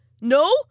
No